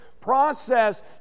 process